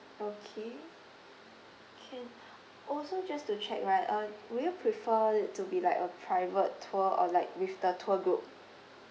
okay can also just to check right uh will you prefer it to be like a private tour or like with the tour group